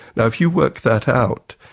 and if you work that out,